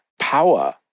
power